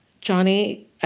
Johnny